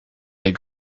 est